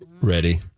Ready